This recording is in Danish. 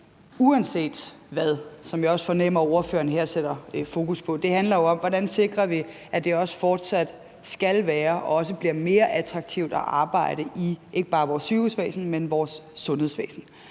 om – hvilket jeg også fornemmer at ordføreren her sætter fokus på – hvordan vi sikrer, at det også fortsat skal være og også bliver mere attraktivt at arbejde i ikke bare vores sygehusvæsen, men vores sundhedsvæsen.